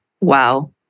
Wow